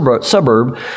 suburb